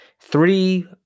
three